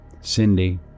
Cindy